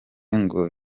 ngo